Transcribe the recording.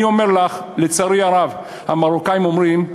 אני אומר לך, לצערי הרב, המרוקאים אומרים: